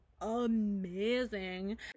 amazing